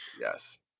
Yes